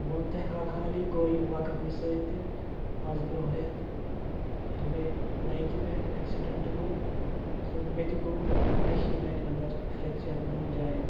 بہٕ وَنہٕ تۄہہِ حال حالٕے گوٚو یہِ واقعہ مےٚ سۭتۍ تہِ آز برونٛہہ ریٚتھ ییٚلہِ مےٚ بایکہِ پٮ۪ٹھ ایٚکسیڈَنٹ گوٚو سُہ مےٚ تہِ گوٚو دٔچنہِ نَرِ اَندَر فریٚکچَر دۄن جایَن